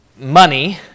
money